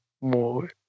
more